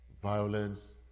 violence